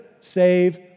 save